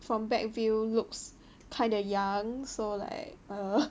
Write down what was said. from back view looks kind of young so like err